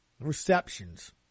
receptions